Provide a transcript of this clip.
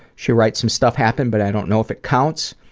she writes, some stuff happened but i don't know if it counts.